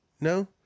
No